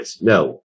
No